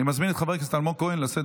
אני מזמין את חבר הכנסת אלמוג כהן לשאת